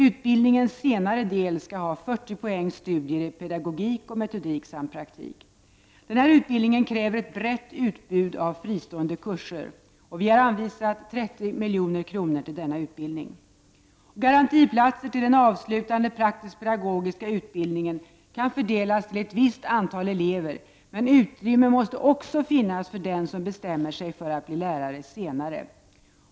Utbildningens senare del skall ha 40 poängs studier i pedagogik och metodik samt praktik. Denna utbildning kräver ett brett utbud av fristående kurser. Vi har anvisat 30 milj.kr. till denna utbildning. Garantiplatser till den avslutande praktiskpedagogiska utbildningen kan fördelas till ett visst antal elever, men utrymmen måste också finnas för den som bestämmer sig senare för att bli lärare.